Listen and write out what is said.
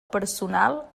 personal